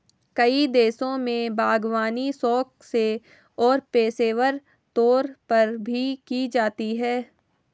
कई देशों में बागवानी शौक से और पेशेवर तौर पर भी की जाती है